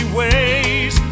ways